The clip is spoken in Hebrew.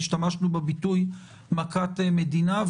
השתמשנו בביטוי מכת מדינה,